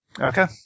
Okay